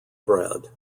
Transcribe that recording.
bread